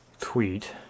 Tweet